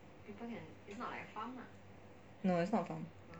no it's not farm